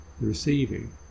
receiving